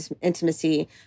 intimacy